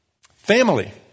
Family